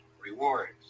rewards